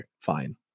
fine